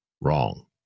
Wrong